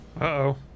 Uh-oh